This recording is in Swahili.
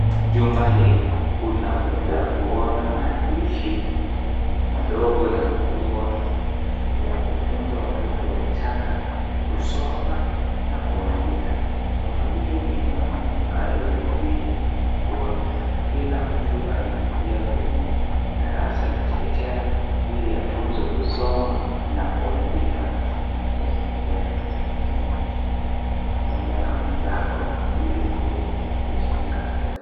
Jumba hili unaweza kuona maandishi madogo na makubwa ya kufunza watoto wachanga kusoma na kuandika. Jumba hili lina manukato zaidi kuwa kila mtu alipitia kwenye darasa ya chekechea ili afunzwe kusoma na kuandika na kuongea na mwezako ili kuheshimika.